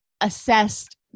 assessed